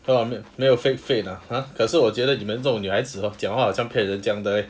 oh 没有 fake fake ah !huh! 可是我觉得你们这种女孩子 hor 讲话好像骗人这样的 leh